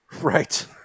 Right